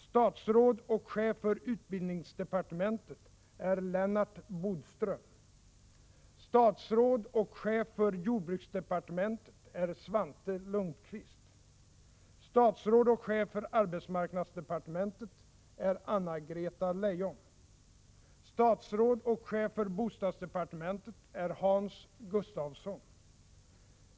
Statsråd och chef för utbildningsdepartementet är Lennart Bodström. Statsråd och chef för jordbruksdepartementet är Svante Lundkvist. Statsråd och chef för arbetsmarknadsdepartementet är Anna-Greta Leijon. Statsråd och chef för bostadsdepartementet är Hans Gustafsson.